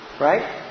right